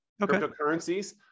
cryptocurrencies